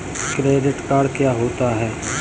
Credit card क्या होता है?